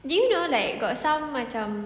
do you know that got some macam